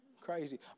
crazy